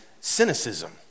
cynicism